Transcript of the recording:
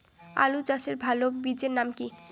আলু চাষের ভালো বীজের নাম কি?